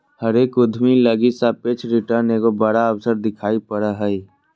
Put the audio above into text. हरेक उद्यमी लगी सापेक्ष रिटर्न एगो बड़ा अवसर दिखाई पड़ा हइ